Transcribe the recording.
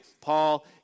Paul